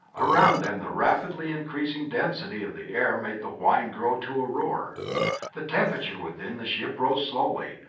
around them the rapidly increasing density of the air made the whine grow to a roar the temperature within the ship rose slowly,